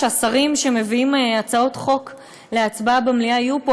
שהשרים שמביאים הצעות חוק להצבעה במליאה יהיו פה,